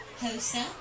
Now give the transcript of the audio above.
HOSA